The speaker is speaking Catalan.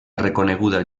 reconeguda